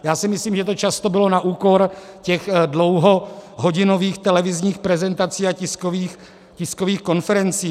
Já si myslím, že to často bylo na úkor těch dlouhohodinových televizních prezentací a tiskových konferencí.